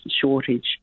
shortage